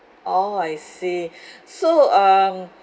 orh I see so um